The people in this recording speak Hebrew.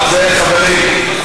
חברים,